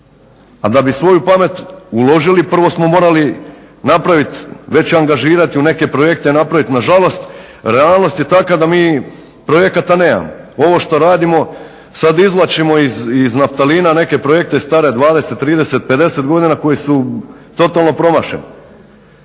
a da bi svoju pamet uložili prvo smo morali napraviti već i angažirati u neke projekte napraviti realnost je takva da mi projekata nemamo. Ovo što radimo sad izvlačimo iz naftalina neke projekte stare 20, 30, 50 godina koji su totalno promašaj.